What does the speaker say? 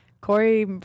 Corey